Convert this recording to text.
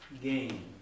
gain